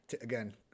Again